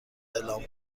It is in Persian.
اعلام